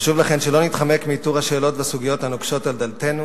חשוב שלא נתחמק מאיתור השאלות והסוגיות הנוקשות על דלתנו